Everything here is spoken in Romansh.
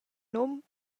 num